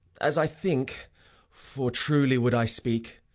as i think for truly would i speak,